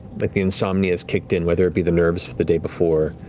but the insomnia's kicked in, whether it be the nerves for the day before.